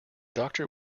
doctor